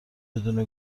بدون